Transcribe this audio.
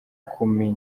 kumi